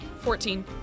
Fourteen